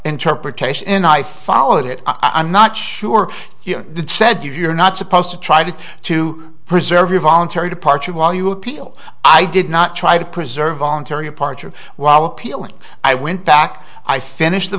interpretation and i followed it i'm not sure you said you're not supposed to try to to preserve your voluntary departure while you appeal i did not try to preserve voluntary parcher while appealing i went back i finished the